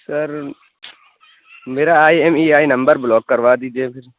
سر میرا I M E I number block كروا دیجیے پھر